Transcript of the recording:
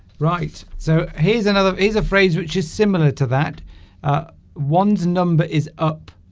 right so here's another is a phrase which is similar to that one's number is up